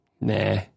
nah